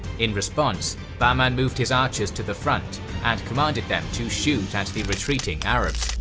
in response bahman moved his archers to the front and commanded them to shoot at the retreating arabs.